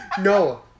no